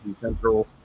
Central